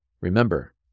Remember